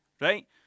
right